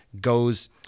goes